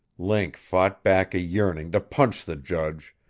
link fought back a yearning to punch the judge,